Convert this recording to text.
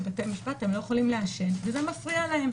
בבתי משפט הם לא יכולים לעשן וזה מפריע להם.